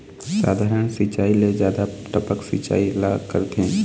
साधारण सिचायी ले जादा टपक सिचायी ला करथे